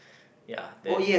ya then